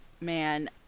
man